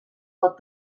pot